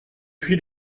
puis